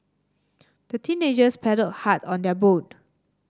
the teenagers paddled hard on their boat